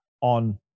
on